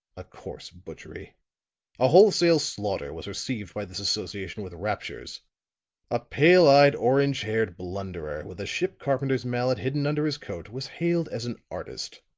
a coarse butchery a wholesale slaughter was received by this association with raptures a pale-eyed, orange-haired blunderer, with a ship carpenter's mallet hidden under his coat, was hailed as an artist.